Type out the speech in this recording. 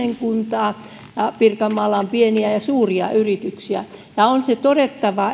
kymmenen kuntaa pirkanmaalla on pieniä ja suuria yrityksiä ja on todettava